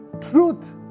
truth